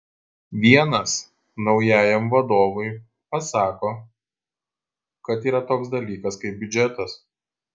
vienas naujajam vadovui pasako kad yra toks dalykas kaip biudžetas